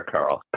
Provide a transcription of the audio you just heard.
Carl